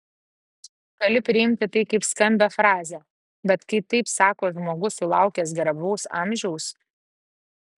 gali priimti tai kaip skambią frazę bet kai taip sako žmogus sulaukęs garbaus amžiaus